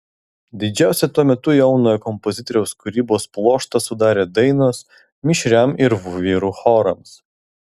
didžiausią tuo metu jaunojo kompozitoriaus kūrybos pluoštą sudarė dainos mišriam ir vyrų chorams